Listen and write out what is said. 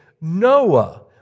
Noah